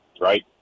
Right